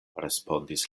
respondis